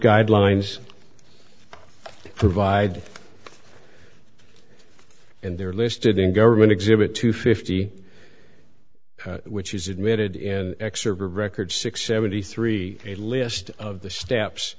guidelines provide and they're listed in government exhibit two fifty which is admitted in x server records six seventy three a list of the steps